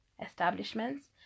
establishments